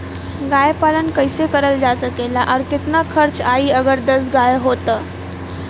गाय पालन कइसे करल जा सकेला और कितना खर्च आई अगर दस गाय हो त?